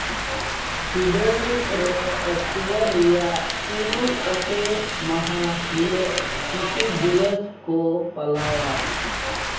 ᱥᱩᱰᱮᱱ ᱨᱮ ᱚᱠᱴᱚᱵᱚᱨ ᱨᱮᱭᱟᱜ ᱯᱩᱭᱞᱩ ᱚᱛᱮ ᱢᱟᱦᱟ ᱦᱤᱞᱳᱜ ᱥᱤᱥᱩ ᱫᱤᱵᱚᱥ ᱠᱚ ᱯᱟᱞᱟᱣᱟ